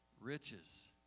Riches